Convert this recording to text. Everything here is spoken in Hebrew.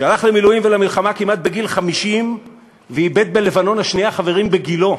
שהלך למילואים ולמלחמה כמעט בגיל 50 ואיבד בלבנון השנייה חברים בגילו,